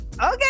okay